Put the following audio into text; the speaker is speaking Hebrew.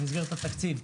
במסגרת התקציב,